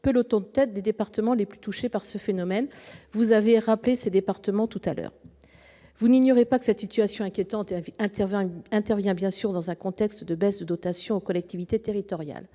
peloton de tête des départements les plus touchés par ce phénomène- vous les avez rappelés tout à l'heure. Vous n'ignorez pas que cette situation inquiétante intervient bien sûr dans un contexte de baisse de dotations aux collectivités territoriales.